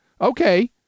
okay